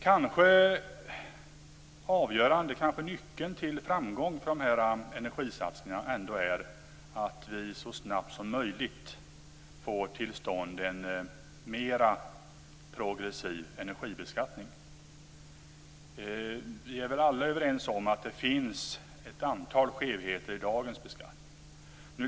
Kanske är nyckeln till framgång för energisatsningarna att vi så snabbt som möjligt får till stånd en mer progressiv energibeskattning. Vi är väl alla överens om att det finns ett antal skevheter i dagens beskattning.